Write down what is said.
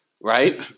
right